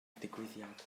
digwyddiad